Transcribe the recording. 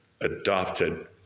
adopted